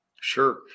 Sure